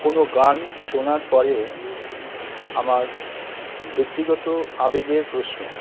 কোনো গান শোনার পরে আমার ব্যক্তিগত আবেগের প্রশ্ন